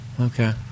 Okay